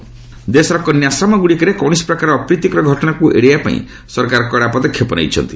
ମାନେକା ଗାନ୍ଧି ଦେଶର କନ୍ୟାଶ୍ରମଗୁଡ଼ିକରେ କୌଣସି ପ୍ରକାର ଅପ୍ରୀତିକର ଘଟଣାକୁ ଏଡ଼େଇବା ପାଇଁ ସରକାର କଡ଼ା ପଦକ୍ଷେପ ନେଇଛନ୍ତି